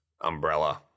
umbrella